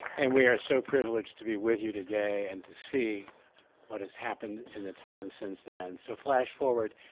and we are so privileged to be with you today and to see what has happened in the time since then. so flash forward,